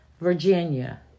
Virginia